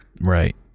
Right